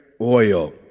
oil